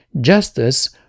justice